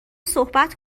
صحبت